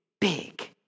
big